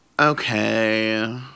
okay